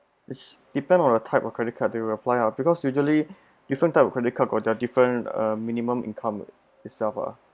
which depend on the type of credit card they apply lah because usually different type of credit card got a different uh minimum income itself ah